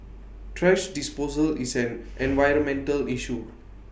thrash disposal is an environmental issue